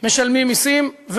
משלמים מסים,